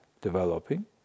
developing